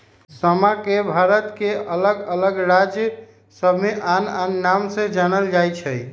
समा के भारत के अल्लग अल्लग राज सभमें आन आन नाम से जानल जाइ छइ